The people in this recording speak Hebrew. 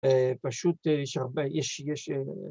פשוט שהרבה, יש, יש